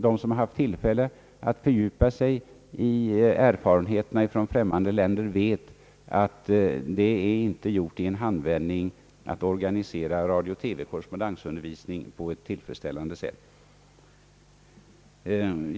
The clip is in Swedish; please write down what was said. De som haft tillfälle att fördjupa sig i erfarenheterna från främmande länder vet att det inte är gjort i en handvändning att organisera radio/TV och korrespondensundervisningen på ett tillfredsställande sätt.